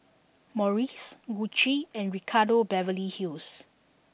Morries Gucci and Ricardo Beverly Hills